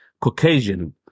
Caucasian